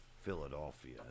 Philadelphia